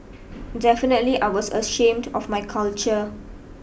definitely I was ashamed of my culture